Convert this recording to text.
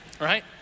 right